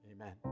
Amen